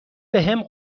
بهم